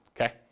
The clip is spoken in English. Okay